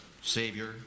Savior